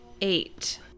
Eight